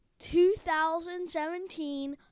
2017